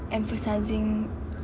emphasizing